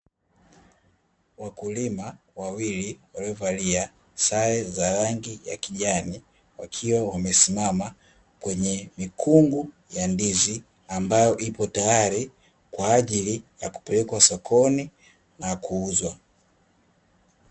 Wakulima wawilli waliovalia sare za rangi ya kijani, wakiwa wamesimama kwenye mikungu ya ndizi ambayo ipo tayari kwa ajili ya kupelekwa sokoni na kuuzwa.